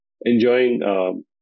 enjoying